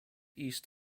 east